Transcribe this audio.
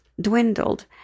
dwindled